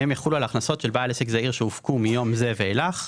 והם יחולו על הכנסות של בעל עסק זעיר שהופקו מיום זה ואילך.